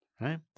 right